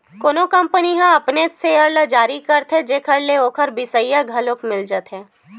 कोनो कंपनी ह अपनेच सेयर ल जारी करथे जेखर ले ओखर बिसइया घलो मिल जाथे